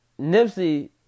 Nipsey